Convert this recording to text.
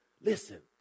Listen